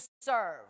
serve